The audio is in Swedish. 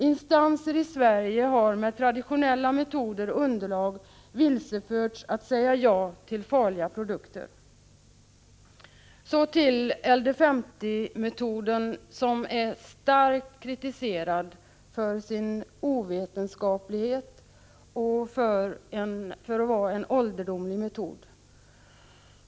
Instanser i Sverige har med traditionella metoder och underlag vilseförts att säga ja till farliga produkter. Så till LD 50-metoden, som är starkt kritiserad för sin ovetenskaplighet och för att vara en ålderdomlig metod.